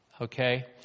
Okay